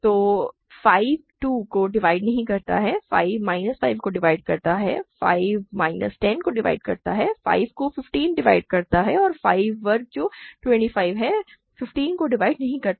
तो 5 2 को डिवाइड नहीं करता है 5 माइनस 5 को डिवाइड करता है 5 माइनस 10 को डिवाइड करता है 5 को 15 डिवाइड करता है और 5 वर्ग जो 25 है 15 को डिवाइड नहीं करता है